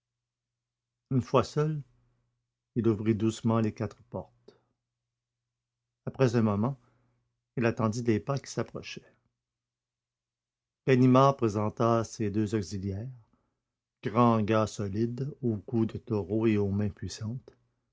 une fois seul il ouvrit doucement les quatre portes après un moment il entendit des pas qui s'approchaient ganimard présenta ses deux auxiliaires grands gars solides au cou de taureau et aux mains puissantes